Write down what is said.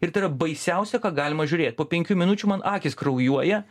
ir tai yra baisiausia ką galima žiūrėt po penkių minučių man akys kraujuoja